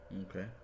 Okay